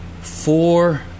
Four